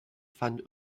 fand